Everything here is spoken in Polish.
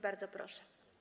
Bardzo proszę.